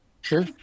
Sure